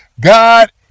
God